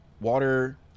Water